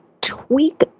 tweak